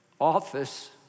office